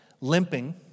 limping